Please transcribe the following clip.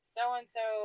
So-and-so